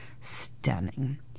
Stunning